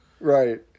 Right